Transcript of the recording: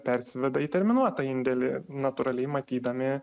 persiveda į terminuotą indėlį natūraliai matydami